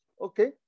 okay